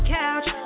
couch